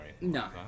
No